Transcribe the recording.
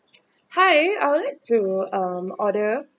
hi I would like to um order